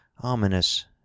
ominous